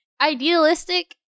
idealistic